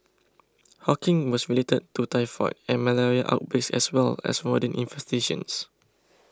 Hawking was related to typhoid and malaria outbreaks as well as rodent infestations